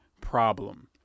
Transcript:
problem